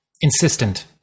insistent